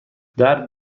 درد